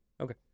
Okay